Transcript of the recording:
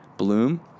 Bloom